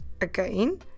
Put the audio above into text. again